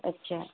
अच्छा